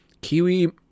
Kiwi